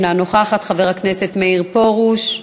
אינה נוכחת, חבר הכנסת מאיר פרוש,